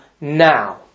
now